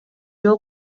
жол